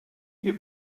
you